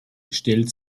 stellt